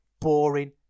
boring